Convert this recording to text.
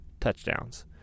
touchdowns